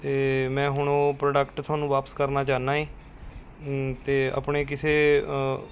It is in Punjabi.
ਅਤੇ ਮੈਂ ਹੁਣ ਉਹ ਪ੍ਰੋਡਕਟ ਤੁਹਾਨੂੰ ਵਾਪਸ ਕਰਨਾ ਚਾਹੁੰਦਾ ਏਂ ਅਤੇ ਆਪਣੇ ਕਿਸੇ